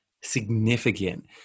significant